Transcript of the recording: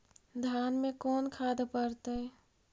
धान मे कोन खाद पड़तै?